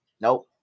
Nope